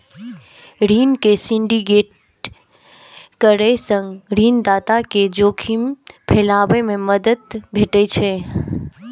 ऋण के सिंडिकेट करै सं ऋणदाता कें जोखिम फैलाबै मे मदति भेटै छै